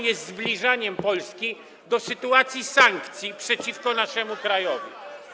jest zbliżaniem Polski do sytuacji sankcji przeciwko naszemu krajowi?